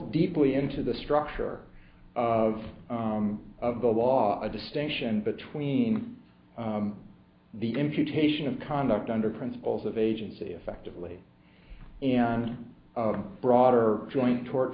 deeply into the structure of of the law a distinction between the imputation of conduct under principles of agency effectively and broader joint tort